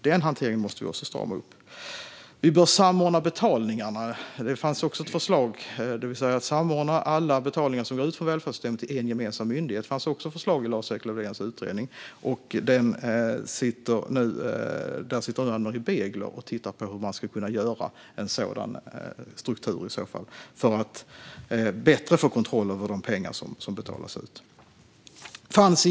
Den hanteringen måste vi också strama upp. Vi bör samordna betalningarna. Det fanns också ett förslag i Lars-Erik Lövdéns utredning om att samordna alla betalningar som går ut från välfärdssystemet till en gemensam myndighet. Ann-Marie Begler sitter nu och tittar på hur man skulle kunna göra en sådan struktur för att bättre få kontroll över de pengar som betalas ut.